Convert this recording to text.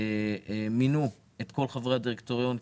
מינו את כל חברי הדירקטוריון,